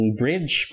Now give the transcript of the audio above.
bridge